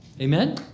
Amen